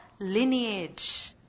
lineage